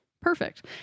perfect